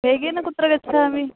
वेगेन कुत्र गच्छामि